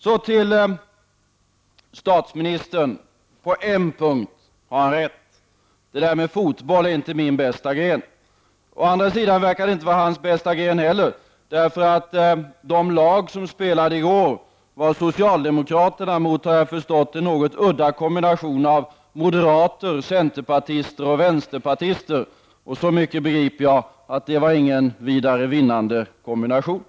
Så till statsministern. På en punkt har han rätt. Fotboll är inte min bästa gren. Å andra sidan verkar det inte vara hans bästa gren heller. De lag som spelade i går var socialdemokraterna mot, har jag förstått, en något udda kombination av moderater, centerpartister och vänsterpartister. Och så mycket begriper jag — att det inte var någon vidare vinnande kombination.